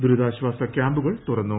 ദുരിതാശ്ചാസ ക്യാമ്പുകൾ തുറന്നു